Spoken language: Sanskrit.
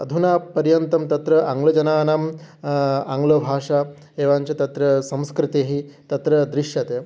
अधुना पर्यन्तं तत्र आङ्लजनानां आङ्लभाषा एवञ्च तत्र संस्कृतिः तत्र दृश्यते